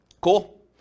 cool